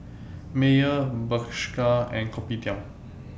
Mayer Bershka and Kopitiam